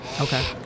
Okay